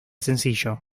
sencillo